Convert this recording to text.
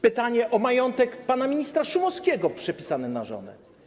Pytania o majątek pana ministra Szumowskiego przepisany na żonę.